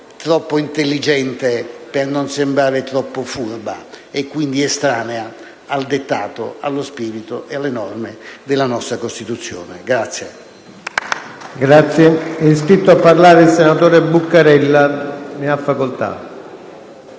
troppo intelligente per non sembrare troppo furba e, quindi, estranea al dettato, allo spirito e alle norme della nostra Costituzione.